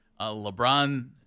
LeBron